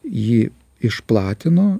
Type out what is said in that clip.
jį išplatino